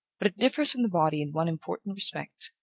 but it differs from the body in one important respect.